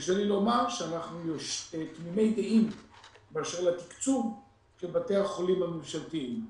קשה לי לומר שאנחנו תמימי דעים באשר לתקצוב של בתי החולים הממשלתיים.